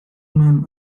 men